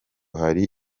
hari